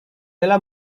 ela